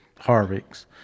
Harvick's